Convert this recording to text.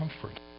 comfort